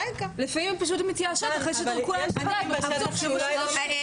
לפעמים הן פשוט מתייאשות אחרי שטרקו להן את הדלת בפרצוף שוב ושוב.